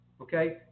Okay